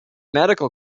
medical